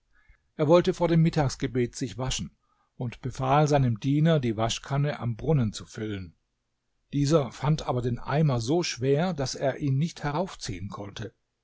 er wollte vor dem mittagsgebet sich waschen und befahl seinem diener die waschkanne am brunnen zu füllen dieser fand aber den eimer so schwer daß er ihn nicht heraufziehen konnte